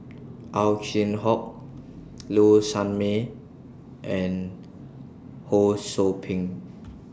Ow Chin Hock Low Sanmay and Ho SOU Ping